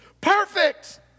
Perfect